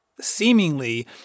seemingly